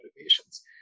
motivations